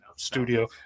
studio